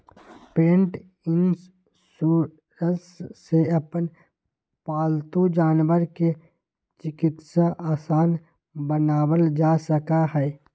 पेट insurance से अपन पालतू जानवर के चिकित्सा आसान बनावल जा सका हई